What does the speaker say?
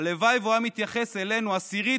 הלוואי שהוא היה מתייחס אלינו עשירית